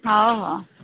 ହଉ ହଉ